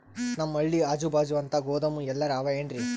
ನಮ್ ಹಳ್ಳಿ ಅಜುಬಾಜು ಅಂತ ಗೋದಾಮ ಎಲ್ಲರೆ ಅವೇನ್ರಿ?